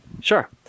Sure